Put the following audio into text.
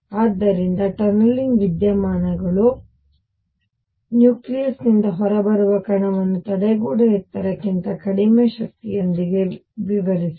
ಆದ್ದರಿಂದ ಟನಲಿಂಗ್ ವಿದ್ಯಮಾನಗಳು ನ್ಯೂಕ್ಲಿಯಸ್ನಿಂದ ಹೊರಬರುವ ಕಣವನ್ನು ತಡೆಗೋಡೆ ಎತ್ತರಕ್ಕಿಂತ ಕಡಿಮೆ ಶಕ್ತಿಯೊಂದಿಗೆ ವಿವರಿಸಿದೆ